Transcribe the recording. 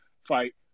fight